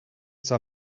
zwar